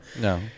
No